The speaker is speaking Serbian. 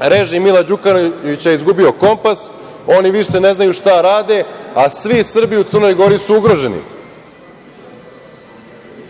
režim Mila Đukanovića izgubio kompas. Oni više ne znaju šta rade, a svi Srbi u Crnoj Gori su ugroženi.